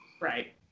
right